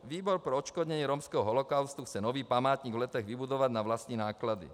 Výbor pro odškodnění romského holokaustu chce nový památník v Letech vybudovat na vlastní náklady.